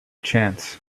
chance